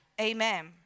Amen